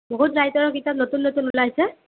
বহুত ৰাইটাৰৰ কিতাপ নতুন নতুন ওলাইছে